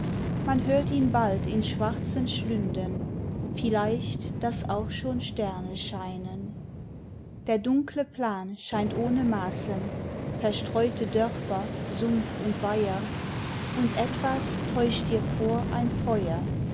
man hört ihn bald in schwarzen schlünden vielleicht daß auch schon sterne scheinen der dunkle plan scheint ohne massen verstreute dörfer sumpf und weiher und etwas täuscht dir vor ein feuer